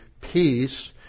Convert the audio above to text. peace